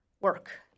work